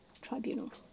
Tribunal